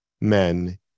men